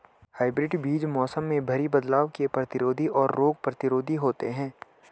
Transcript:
hybrid बीज मौसम में भारी बदलाव के प्रतिरोधी और रोग प्रतिरोधी होते हैं